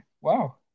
Wow